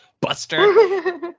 Buster